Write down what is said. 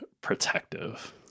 protective